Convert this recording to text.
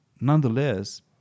Nonetheless